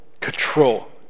Control